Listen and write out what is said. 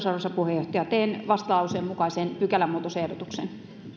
arvoisa puheenjohtaja teen vastalauseen mukaisen pykälämuutosehdotuksen